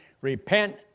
Repent